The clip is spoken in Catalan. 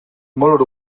molt